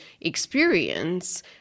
experience